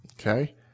Okay